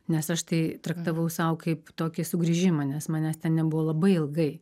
nes aš tai traktavau sau kaip tokį sugrįžimą nes manęs ten nebuvo labai ilgai